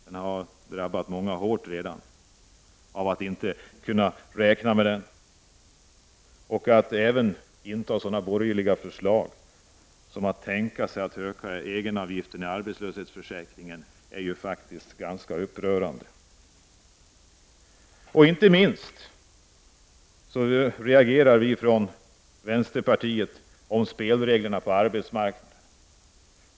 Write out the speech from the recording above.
Det har redan drabbat många hårt att inte kunna räkna med den. Och att ta upp sådana borgerliga förslag som att öka egenavgiften i arbetslöshetsförsäkringen är faktiskt ganska upprörande. Inte minst reagerar vi från vänsterpartiet på spelreglerna på arbetsmarknaden.